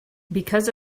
because